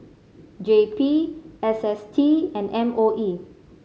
J P S S T and M O E